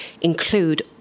include